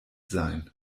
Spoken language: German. sein